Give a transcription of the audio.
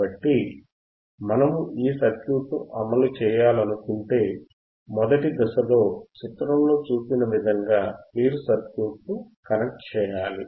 కాబట్టి మనము ఈ సర్క్యూట్ను అమలు చేయాలనుకుంటే మొదటి దశలో చిత్రంలో చూపిన విధంగా మీరు సర్క్యూట్ను కనెక్ట్ చేయాలి